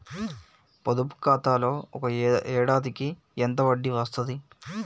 పొదుపు ఖాతాలో ఒక ఏడాదికి ఎంత వడ్డీ వస్తది?